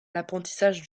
l’apprentissage